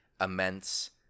immense